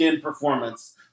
performance